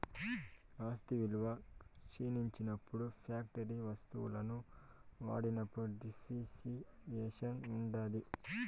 ఆస్తి విలువ క్షీణించినప్పుడు ఫ్యాక్టరీ వత్తువులను వాడినప్పుడు డిప్రిసియేషన్ ఉంటాది